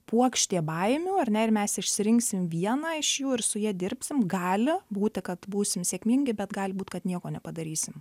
puokštė baimių ar ne ir mes išsirinksim vieną iš jų ir su ja dirbsim gali būti kad būsim sėkmingi bet gali būt kad nieko nepadarysim